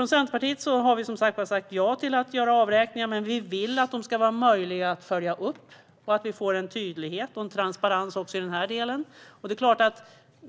Vi i Centerpartiet har sagt ja till att göra avräkningar, men vi vill att de ska vara möjliga att följa upp, så att vi får tydlighet och transparens också i denna del.